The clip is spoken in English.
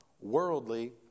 worldly